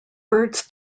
birds